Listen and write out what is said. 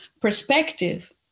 perspective